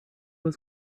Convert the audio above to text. was